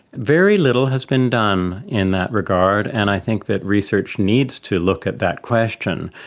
very little has been done in that regard, and i think that research needs to look at that question.